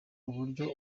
uburyo